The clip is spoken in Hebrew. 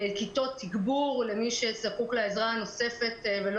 כיתות תגבור למי שזקוק לעזרה הנוספת ולא